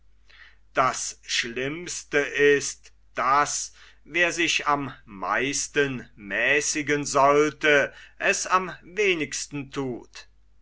das schlimmste ist daß wer sich am meisten mäßigen sollte es am wenigsten thut